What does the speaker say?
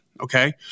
Okay